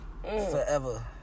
forever